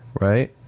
right